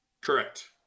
Correct